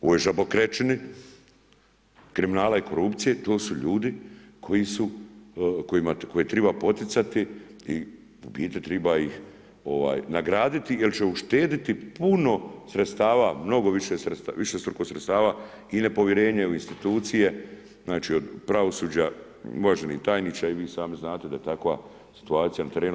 U ovoj žabokrečini kriminala i korupcije, to su ljudi koje treba poticati i u biti, treba ih nagraditi jer će uštedjeti puno sredstava, mnogo višestruko sredstava i nepovjerenje u institucije, znači, od pravosuđa, uvaženi tajniče i vi sami znate da je takva situacija na terenu.